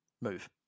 move